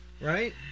Right